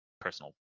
personal